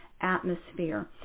atmosphere